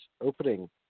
opening